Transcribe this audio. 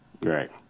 right